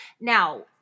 Now